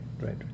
right